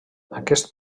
aquest